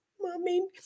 Mommy